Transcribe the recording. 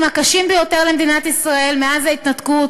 הקשים ביותר למדינת ישראל מאז ההתנתקות,